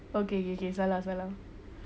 okay K K salah salah